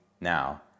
now